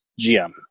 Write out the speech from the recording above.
gm